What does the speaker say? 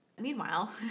Meanwhile